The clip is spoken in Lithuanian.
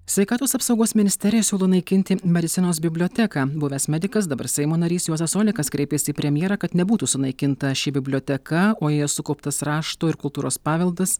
sveikatos apsaugos ministerija siūlo naikinti medicinos biblioteką buvęs medikas dabar seimo narys juozas olekas kreipėsi į premjerą kad nebūtų sunaikinta ši biblioteka o joje sukauptas rašto ir kultūros paveldas